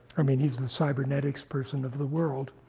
i mean, he's the cybernetics person of the world.